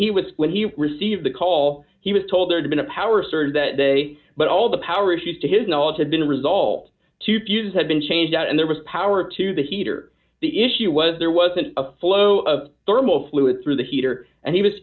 he was when he received the call he was told there'd been a power surge that day but all the power issues to his knowledge had been resolved to fuse had been changed out and there was power to the heater the issue was there wasn't a flow of thermal fluid through the heater and he was